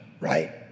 right